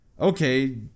Okay